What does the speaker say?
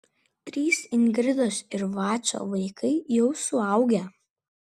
trys ingridos ir vacio vaikai jau suaugę